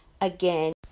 again